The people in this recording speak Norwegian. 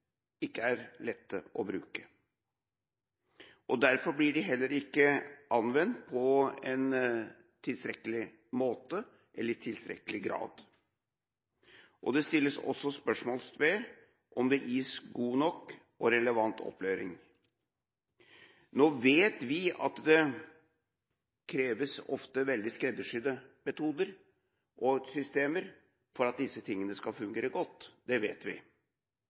spørsmål ved om det gis god nok og relevant oppfølging. Nå vet vi at det ofte kreves veldig skreddersydde metoder og systemer for at disse tingene skal fungere godt. Det vet vi,